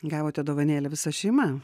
gavote dovanėlę visa šeima